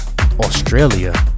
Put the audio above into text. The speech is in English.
Australia